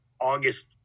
August